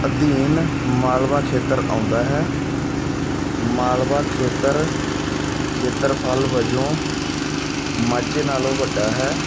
ਅਧੀਨ ਮਾਲਵਾ ਖੇਤਰ ਆਉਂਦਾ ਹੈ ਮਾਲਵਾ ਖੇਤਰ ਖੇਤਰਫ਼ਲ ਵਜੋਂ ਮਾਝੇ ਨਾਲੋਂ ਵੱਡਾ ਹੈ